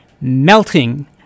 melting